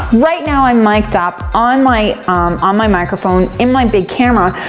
right now i'm mic'd up, on my um on my microphone, in my big camera,